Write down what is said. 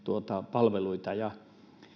palveluita